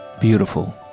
Beautiful